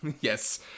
Yes